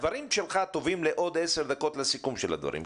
הדברים שלך טובים לסיכום של הדברים בעוד 10 דקות.